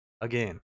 Again